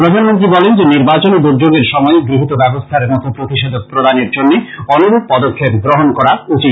প্রধানমন্ত্রী বলেন যে নির্বাচন ও দুর্যোগের সময় গৃহীত ব্যবস্থার মতো প্রতিষেধক প্রদানের জন্য অনুরূপ পদক্ষেপ গ্রহন করা উচিত